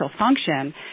function